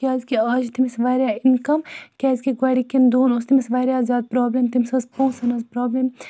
کیازِکہِ آز چھِ تٔمِس واریاہ اِنکَم کیٛازِکہِ گۄڈٕکٮ۪ن دۄہَن اوس تٔمِس واریاہ زیادٕ پرابلِم تٔمِس ٲس پونٛسَن ہٕنٛز پرابلِم